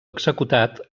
executat